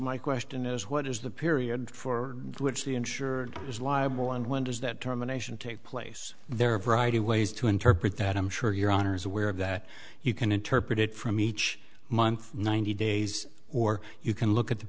my question is what is the period for which the insured is liable and when does that terminations take place there are a variety of ways to interpret that i'm sure your honour's aware of that you can interpret it from each month ninety days or you can look at the